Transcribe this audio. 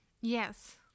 Yes